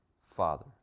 Father